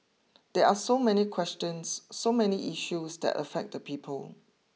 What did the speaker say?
there are so many questions so many issues that affect the people